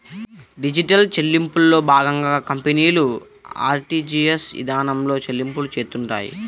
digital చెల్లింపుల్లో భాగంగా కంపెనీలు ఆర్టీజీయస్ ఇదానంలో చెల్లింపులు చేత్తుంటాయి